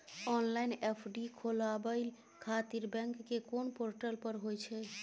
Online FD खोलाबय खातिर bank के कोन पोर्टल पर होए छै?